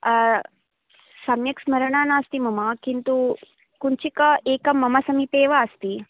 सम्यक् स्मरणे नास्ति मम किन्तु कुञ्चिका एका मम समीपे एव अस्ति